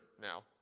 now